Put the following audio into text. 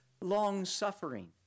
long-suffering